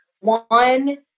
One